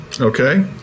Okay